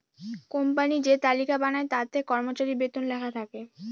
company যে তালিকা বানায় তাতে কর্মচারীর বেতন লেখা থাকে